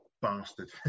Bastard